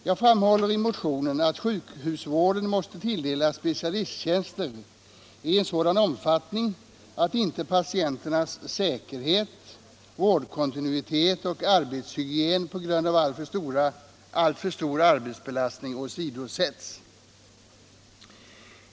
Jag framhåller i motionen att sjukhusvården måste tilldelas specialisttjänster i en sådan omfattning att inte patienternas säkerhet, vårdkontinuiteten och arbetshygienen på grund av alltför stor arbetsbelastning åsidosätts.